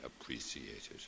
appreciated